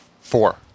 Four